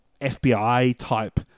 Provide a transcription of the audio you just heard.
FBI-type